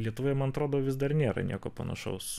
lietuvoje man atrodo vis dar nėra nieko panašaus